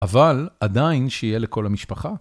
אבל עדיין שיהיה לכל המשפחה.